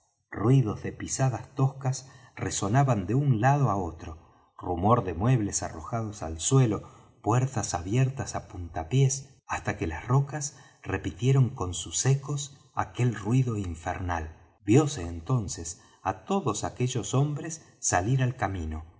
ruidos de pisadas toscas resonaban de un lado y otro rumor de muebles arrojados al suelo puertas abiertas á puntapiés hasta que las rocas repitieron con sus ecos aquel ruido infernal vióse entonces á todos aquellos hombres salir al camino